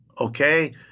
okay